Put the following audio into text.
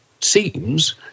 seems